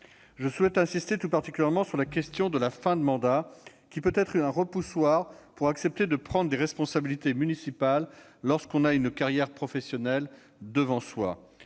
Je souhaite insister tout particulièrement sur la question de la fin de mandat, laquelle peut constituer un repoussoir au moment d'accepter de prendre des responsabilités municipales lorsqu'on a une carrière professionnelle devant soi.